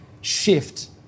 shift